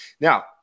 now